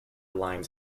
limes